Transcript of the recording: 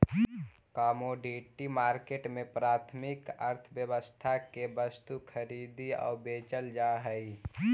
commodity market में प्राथमिक अर्थव्यवस्था के वस्तु खरीदी आऊ बेचल जा हइ